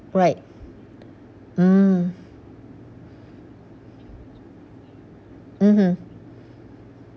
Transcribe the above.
right mm mmhmm